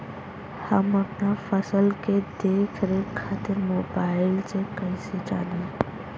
हम अपना फसल के देख रेख खातिर मोबाइल से कइसे जानी?